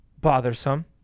bothersome